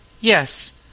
Yes